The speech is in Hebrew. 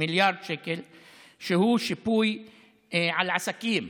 שהוא שיפוי על עסקים.